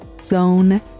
Zone